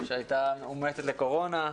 שהייתה מאומתת לקורונה.